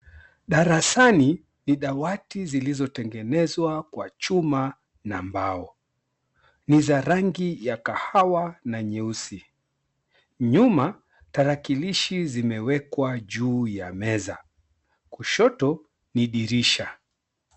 Darasani, ni dawati zilizotengenezwa kwa chuma na mbao. Ni za rangi ya kahawa na nyeusi. Nyuma, tarakilishi zimewekwa juu ya meza. Kushoto, ni dirisha.